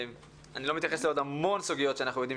אני לא מתייחס לעוד המון סוגיות שאנחנו יודעים